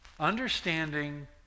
Understanding